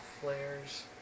flares